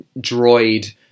droid